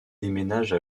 déménage